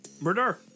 Murder